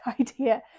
idea